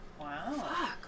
Wow